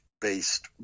based